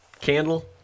candle